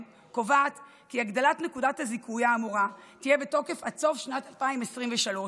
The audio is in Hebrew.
קובעת כי הגדלת נקודת הזיכוי האמורה תהיה בתוקף עד סוף שנת 2023,